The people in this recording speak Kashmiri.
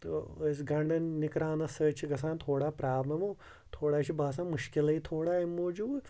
تہٕ ٲسۍ گَنڈٕ نِکراونہٕ سۭتۍ چھِ گَژھان تھوڑا پرابلٕمو تھوڑا چھِ باسان مُشکِلی تھوڑا امہِ موٗجوٗب